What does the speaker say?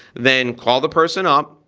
then call the person up,